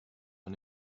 von